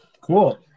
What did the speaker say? Cool